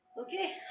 Okay